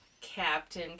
Captain